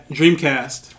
Dreamcast